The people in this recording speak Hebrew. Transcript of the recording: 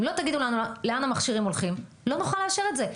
אם לא תגידו לנו לאן המכשירים הולכים לא נוכל לאשר את זה.